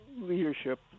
leadership